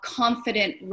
confident